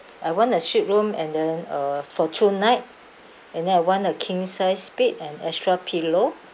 I want a suite room and then uh for two night and then I want a king sized bed and extra pillow